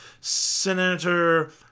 Senator